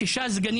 היושב-ראש,